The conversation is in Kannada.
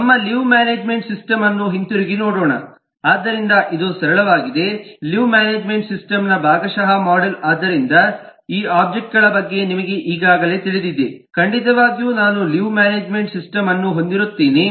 ನಮ್ಮ ಲೀವ್ ಮ್ಯಾನೇಜ್ಮೆಂಟ್ ಸಿಸ್ಟಮ್ ಅನ್ನು ಹಿಂತಿರುಗಿ ನೋಡೋಣ ಆದ್ದರಿಂದ ಇದು ಸರಳವಾಗಿದೆ ಲೀವ್ ಮ್ಯಾನೇಜ್ಮೆಂಟ್ ಸಿಸ್ಟಮ್ನ ಭಾಗಶಃ ಮೋಡೆಲ್ ಆದ್ದರಿಂದ ಈ ಒಬ್ಜೆಕ್ಟ್ಗಳ ಬಗ್ಗೆ ನಿಮಗೆ ಈಗಾಗಲೇ ತಿಳಿದಿದೆ ಖಂಡಿತವಾಗಿಯೂ ನಾನು ಲೀವ್ ಮ್ಯಾನೇಜ್ಮೆಂಟ್ ಸಿಸ್ಟಮ್ಅನ್ನು ಹೊಂದಿರುತ್ತೇನೆ